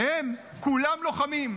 והם כולם לוחמים,